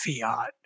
fiat